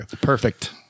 Perfect